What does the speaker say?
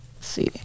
see